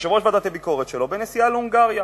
בנסיעה להונגריה,